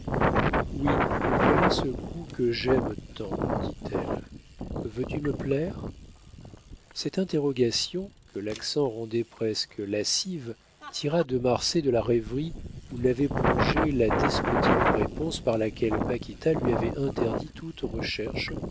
oui voilà ce cou que j'aime tant dit-elle veux-tu me plaire cette interrogation que l'accent rendait presque lascive tira de marsay de la rêverie où l'avait plongé la despotique réponse par laquelle paquita lui avait interdit toute recherche